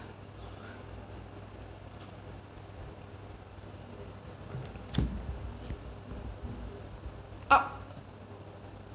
up